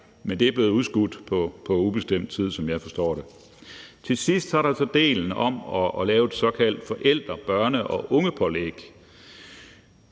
men det er blevet udskudt på ubestemt tid, som jeg forstår det. Til sidst er der delen om at lave et såkaldt forældre-, børne- og ungepålæg.